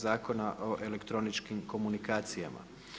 Zakona o elektroničkim komunikacijama.